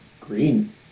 green